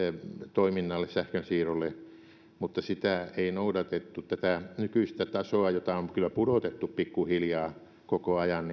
toiminnalle sähkönsiirrolle mutta sitä ei noudatettu tätä nykyistä tasoa jota on kyllä pudotettu pikkuhiljaa koko ajan